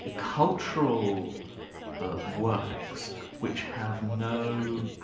ah cultural ah works which have no